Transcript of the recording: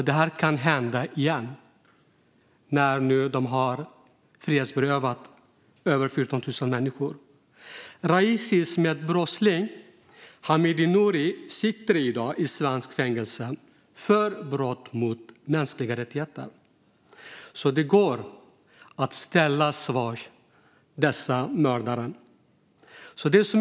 Detta kan hända igen när de nu har frihetsberövat över 40 000 människor. Raisis medbrottsling Hamid Noury sitter i dag i svenskt fängelse för brott mot mänskliga rättigheter. Det går alltså att ställa dessa mördare till svars.